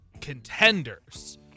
contenders